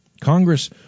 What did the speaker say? Congress